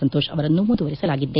ಸಂತೋಷ್ ಅವರನ್ನು ಮುಂದುವರೆಸಲಾಗಿದೆ